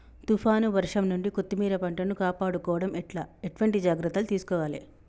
తుఫాన్ వర్షం నుండి కొత్తిమీర పంటను కాపాడుకోవడం ఎట్ల ఎటువంటి జాగ్రత్తలు తీసుకోవాలే?